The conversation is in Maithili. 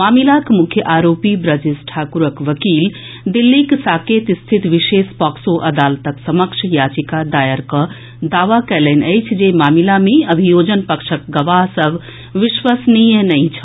मामिलाक मुख्य आरोपी ब्रजेश ठाकुरक वकील दिल्लीक साकेत स्थित विशेष पॉक्सो अदालतक समक्ष याचिका दायर कऽ दावा कयलनि अछि जे मामिला मे अभियोजन पक्षक गवाह विश्वसनीय नहिं छल